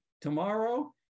Tomorrow